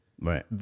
Right